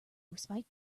respite